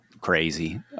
crazy